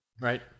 Right